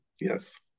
yes